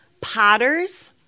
potters